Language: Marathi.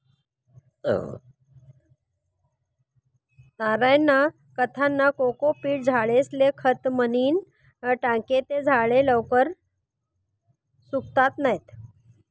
नारयना काथ्यानं कोकोपीट झाडेस्ले खत म्हनीन टाकं ते झाडे लवकर सुकातत नैत